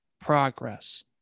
progress